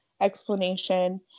explanation